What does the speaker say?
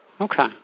Okay